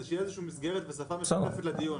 כדי שתהיה איזה שהיא מסגרת ושפה משותפת לדיון.